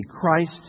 Christ